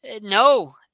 No